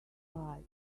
occupied